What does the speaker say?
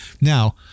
Now